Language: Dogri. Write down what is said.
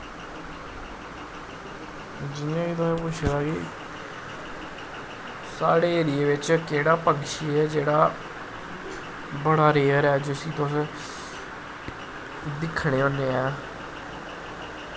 जियां कि तुसें पुच्छे दा कि साढ़े एरिये विच केह्ड़ा पक्षी ऐ जेह्ड़ा बड़ा रेयर ऐ जिसी तुस दिक्खने होने ऐं